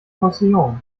postillon